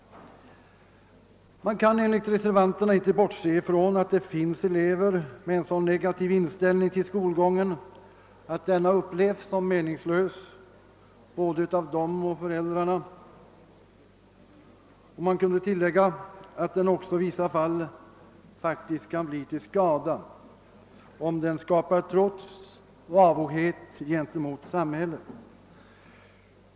Man kan enligt 'reservanterna inte bortse från att det finns elever med en sådan negativ ini ställning till skolgången att denna upplevs som meningslös både av dem och av föräldrarna. Man kunde tillägga att den också i vissa fall faktiskt kan bli till skada, om den skapar trots och avoghet gentemot samhället.